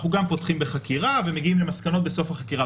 אנחנו גם פותחים בחקירה ומגיעים למסקנות בסוף החקירה,